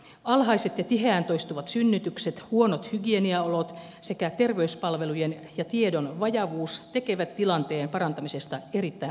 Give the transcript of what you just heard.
alhaiset ja tiheään toistuvat synnytykset huonot hygieniaolot sekä terveyspalvelujen ja tiedon vajavuus tekevät tilanteen parantamisesta erittäin vaikean